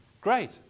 Great